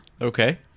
okay